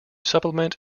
supplement